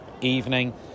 evening